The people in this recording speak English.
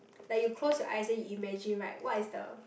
like you close your eyes then you imagine right what is the